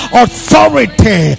authority